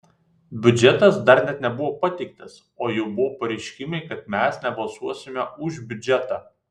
biudžetas dar net nebuvo pateiktas o jau buvo pareiškimai kad mes nebalsuosime už biudžetą